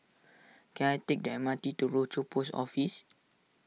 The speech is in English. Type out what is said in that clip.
can I take the M R T to Rochor Post Office